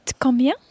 combien